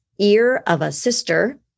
earofasister